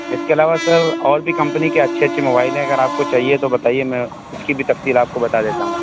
اس کے علاوہ سر اور بھی کمپنی کے اچھے اچھے موبائل ہیں اگر آپ کو چاہیے تو بتائیے میں اس کی بھی تفصیل آپ کو بتا دیتا ہوں